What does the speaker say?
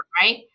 right